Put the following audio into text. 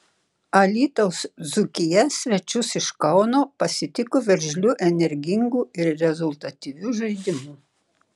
alytaus dzūkija svečius iš kauno pasitiko veržliu energingu ir rezultatyviu žaidimu